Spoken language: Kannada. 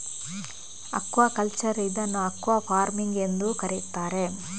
ಅಕ್ವಾಕಲ್ಚರ್ ಇದನ್ನು ಅಕ್ವಾಫಾರ್ಮಿಂಗ್ ಎಂದೂ ಕರೆಯುತ್ತಾರೆ